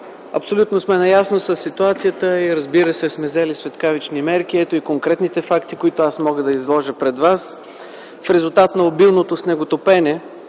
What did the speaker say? Абсолютно сме наясно със ситуацията. Разбира се, сме взели светкавични мерки. Ето конкретните факти, които ще изложа пред вас. В резултат на обилното снеготопене